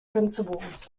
principles